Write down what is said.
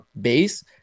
base